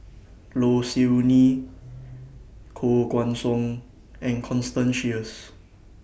Low Siew Nghee Koh Guan Song and Constance Sheares